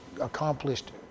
accomplished